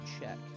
check